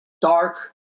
dark